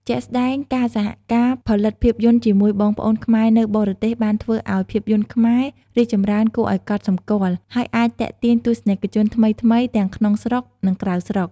ជាក់ស្តែង ការសហការផលិតភាពយន្តជាមួយបងប្អូនខ្មែរនៅបរទេសបានធ្វើឱ្យ ភាពយន្តខ្មែររីកចម្រើនគួរឱ្យកត់សម្គាល់ ហើយអាច ទាក់ទាញទស្សនិកជនថ្មីៗ ទាំងក្នុងស្រុក និងក្រៅស្រុក។